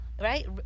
Right